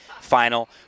final